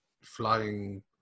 flying